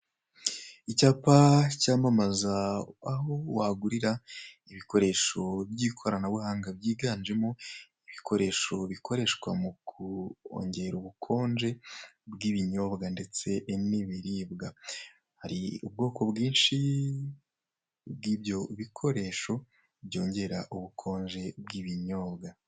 Icyapa cyamamaza aho wagurira ibikoresho by'ikoranabuhanga byiganjemo ibikoresho bikoreshwa mu kongera ubukonje bw'ibinyobwa ndetse n'ibiribwa, hari ubwoko bwinshi bw'ibyo bikoresho byongera ubukonje bw'ibinyobwa.